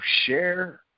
share